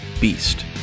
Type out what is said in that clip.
Beast